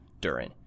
Durin